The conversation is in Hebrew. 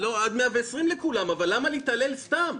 עד 120 לכולם, אבל למה להתעלל סתם?